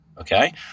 Okay